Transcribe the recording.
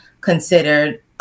considered